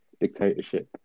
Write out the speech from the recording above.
dictatorship